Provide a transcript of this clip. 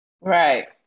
Right